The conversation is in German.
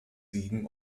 siegen